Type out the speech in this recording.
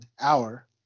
Hour